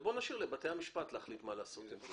בוא נשאיר לבתי המשפט להחליט מה לעשות עם זה.